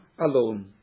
alone